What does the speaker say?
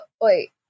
wait